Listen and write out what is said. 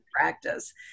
practice